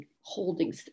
holding